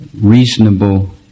reasonable